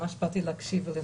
באתי להקשיב וללמוד.